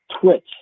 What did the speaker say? Twitch